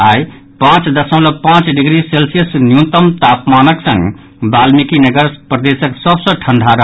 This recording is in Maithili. आइ पांच दशमलव पांच डिग्री सेल्सियस न्यूनतम तापमानक संग वाल्मीकिनगर प्रदेशक सभ सँ ठंढा रहल